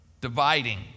Dividing